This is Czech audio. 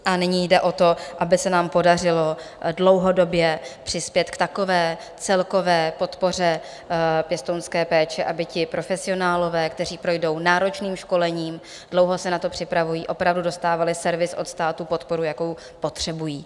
A nyní jde o to, aby se nám podařilo dlouhodobě přispět k takové celkové podpoře pěstounské péče, aby ti profesionálové, kteří projdou náročným školením, dlouho se na to připravují, opravdu dostávali servis od státu, podporu, jakou potřebují.